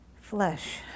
flesh